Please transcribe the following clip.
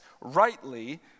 rightly